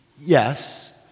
Yes